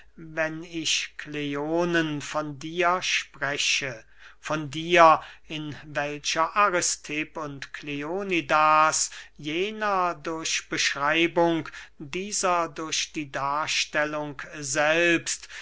wenn ich kleonen von dir spreche von dir in welcher aristipp und kleonidas jener durch beschreibung dieser durch die darstellung selbst